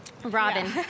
Robin